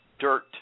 dirt